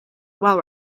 while